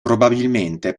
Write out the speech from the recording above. probabilmente